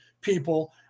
people